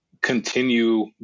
continue